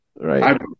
Right